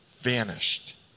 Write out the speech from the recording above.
vanished